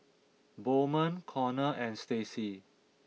Bowman Conner and Stacey